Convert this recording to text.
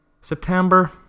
September